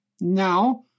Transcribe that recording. Now